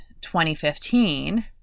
2015